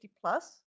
plus